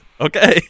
Okay